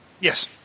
Yes